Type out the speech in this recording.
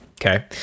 Okay